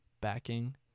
backing